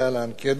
כידוע,